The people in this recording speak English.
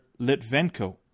litvenko